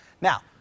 Now